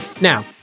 Now